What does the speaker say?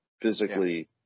physically